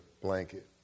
blanket